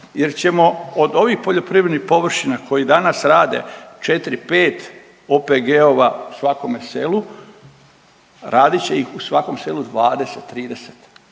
jer ćemo od ovih poljoprivrednih površina koji danas rade 4, 5 OPG-ova u svakome selu radit će ih u svakom selu 20, 30,